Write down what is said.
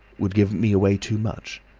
would give me away too much,